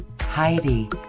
Heidi